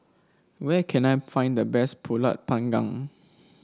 where can I find the best pulut panggang